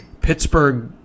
Pittsburgh